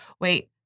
wait